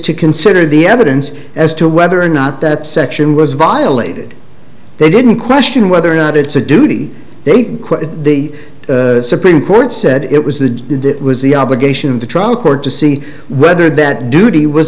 to consider the evidence as to whether or not that section was violated they didn't question whether or not it's a duty they quit the supreme court said it was the it was the obligation of the trial court to see whether that duty was